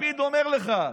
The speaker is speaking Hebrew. לפיד אומר לך,